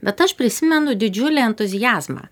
bet aš prisimenu didžiulį entuziazmą